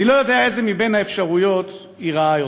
אני לא יודע איזו מבין האפשרויות היא רעה יותר.